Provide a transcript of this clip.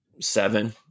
seven